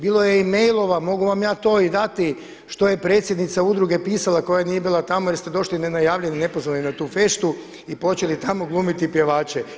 Bilo je i mailova, mogu vam ja to i dati što je predsjednica udruge pisala koja nije bila tamo jer ste došli nenajavljeni, nepozvani na tu feštu i počeli tamo glumiti pjevače.